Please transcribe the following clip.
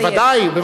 בוודאי.